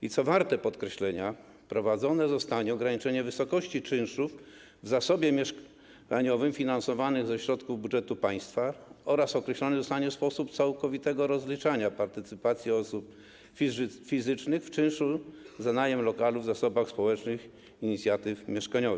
I co warte podkreślenia, wprowadzone zostanie ograniczenie wysokości czynszów w zasobie mieszkaniowym finansowanym ze środków budżetu państwa oraz określony zostanie sposób całkowitego rozliczania partycypacji osób fizycznych w czynszu za najem lokalu w zasobach społecznych inicjatyw mieszkaniowych.